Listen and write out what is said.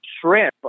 shrimp